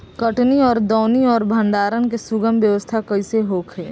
कटनी और दौनी और भंडारण के सुगम व्यवस्था कईसे होखे?